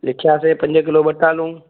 लिखियासीं पंज किलो वटालू